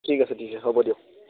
ঠিক আছে ঠিক আছে হ'ব দিয়ক